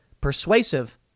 persuasive